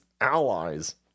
allies